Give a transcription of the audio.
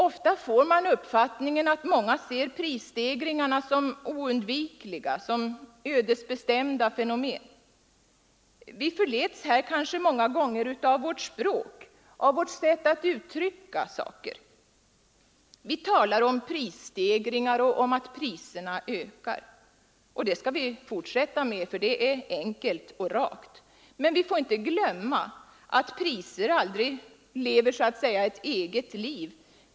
Ofta får man uppfattningen att många ser prisstegringarna som oundvikliga, som ödesbestämda fenomen. Vi förleds kanske många gånger av vårt språk, av vårt sätt att uttrycka saker. Vi talar om prisstegringar och om att priserna ökar, och det skall vi fortsätta med, för det är enkelt och rakt. Men vi får inte glömma att priser aldrig lever ett eget liv.